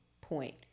point